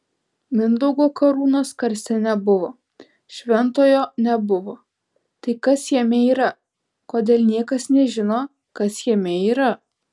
mindaugo karūnos karste nebuvo šventojo nebuvo tai kas jame yra kodėl niekas nežino kas jame yra